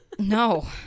No